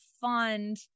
fund